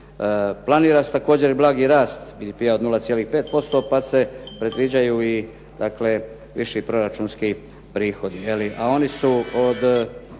Planira se također i blagi rast BDP-a od 0,5% pa se predviđaju i dakle viši proračunski prihodi,